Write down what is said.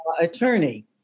attorney